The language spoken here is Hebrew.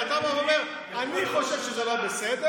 אתה בא ואומר: אני חושב שזה לא בסדר,